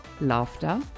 laughter